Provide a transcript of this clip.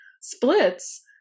splits